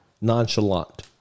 Nonchalant